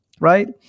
right